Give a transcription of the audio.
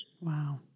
Wow